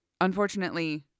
unfortunately